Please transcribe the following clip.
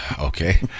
okay